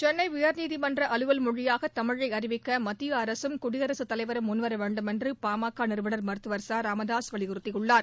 சென்னை உயர்நீதிமன்ற அலுவல் மொழியாக தமிழை அறிவிக்க மத்திய அரசும் குடியரசுத் தலைவரும் முன்வர வேண்டும் என்று பாமக நிறுவனர் மருத்துவர் ச ராமதாசு வலியுறுத்தியுள்ளார்